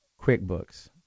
QuickBooks